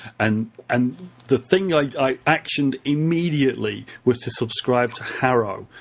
and and the thing i i actioned immediately was to subscribe to haro.